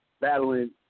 battling